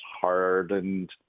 hardened